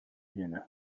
دونه